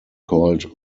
called